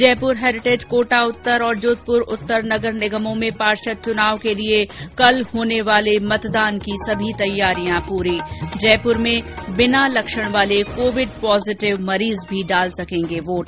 Jaipur heritage Kota उत्तर और जोधपूर उत्तर नगर निगमों में पार्षद चुनाव के लिए कल होने वाले मतदान की सभी तैयारियां पूरी जयपुर में बिना लक्षण वाले कोविड पॉजिटिव मरीज भी डाल सकेंगे वोट